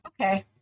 okay